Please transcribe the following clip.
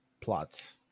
plots